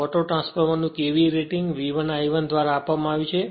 auto ટ્રાન્સફોર્મરનું KVA rating V1 I 1 દ્વારા આપવામાં આવ્યું છે